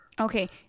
Okay